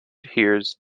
hears